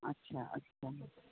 अच्छा अच्छा